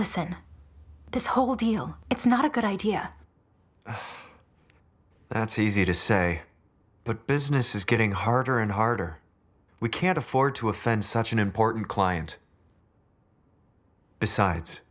listen this whole deal it's not a good idea that's easy to say but business is getting harder and harder we can't afford to offend such an important client besides